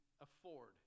afford